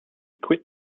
quit